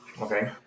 Okay